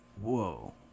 whoa